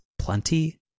Plenty